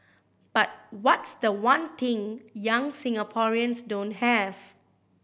but what's the one thing young Singaporeans don't have